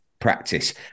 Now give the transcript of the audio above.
practice